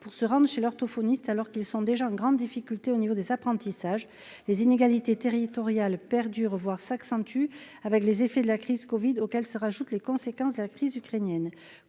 pour se rendre chez l'orthophoniste, alors qu'ils sont déjà en grande difficulté au niveau des apprentissages, les inégalités territoriales perdure, voire s'accentue avec les effets de la crise Covid auxquels se rajoutent les conséquences de la crise ukrainienne